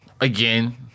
again